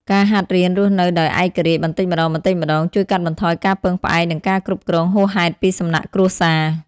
ការហាត់រៀនរស់នៅដោយឯករាជ្យបន្តិចម្តងៗ ជួយកាត់បន្ថយការពឹងផ្អែក និងការគ្រប់គ្រងហួសហេតុពីសំណាក់គ្រួសារ។